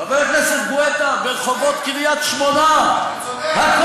חבר הכנסת גואטה, ברחובות קריית-שמונה, אתה צודק.